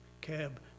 cab